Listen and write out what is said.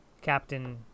Captain